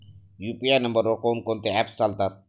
UPI नंबरवर कोण कोणते ऍप्स चालतात?